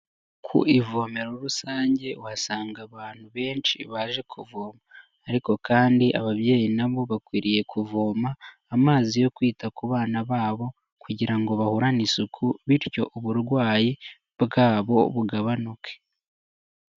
Ku ivomero rusange uhasanga abantu benshi baje kuvoma ariko kandi ababyeyi na bo bakwiriye kuvoma amazi yo kwita ku bana babo kugira ngo bahorane isuku bityo uburwayi bwabo bugabanuke.